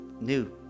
New